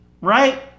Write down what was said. right